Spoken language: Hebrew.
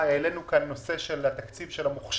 העלינו כאן את נושא התקציב של המוכש"ר,